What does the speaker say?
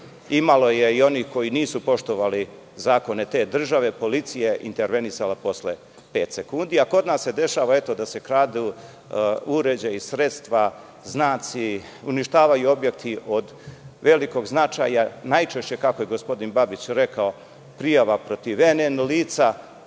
bilo je i onih koji nisu poštovali zakone te države, policija je intervenisala posle pet sekundi. Kod nas se dešava da se kradu uređaji, sredstva, znaci, uništavaju objekti od velikog značaja, najčešće, kako je gospodin Babić rekao, prijava protiv NN lica.